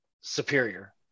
superior